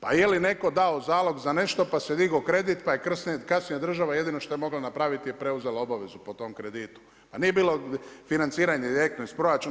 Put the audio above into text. Pa je li netko dao zalog za nešto pa se digao kredit, pa je kasnije država jedino što je mogla napraviti je preuzela obavezu po tom kreditu, a nije bilo financiranje direktno iz proračuna.